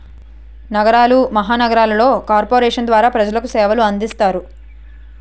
నగరాలు మహానగరాలలో కార్పొరేషన్ల ద్వారా ప్రజలకు సేవలు అందిస్తారు